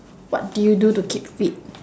what do you do to keep fit